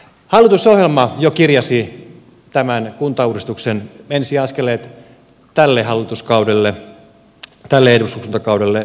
hallitusohjelma jo kirjasi tämän kuntauudistuksen ensiaskeleet tälle hallituskaudelle tälle eduskuntakaudelle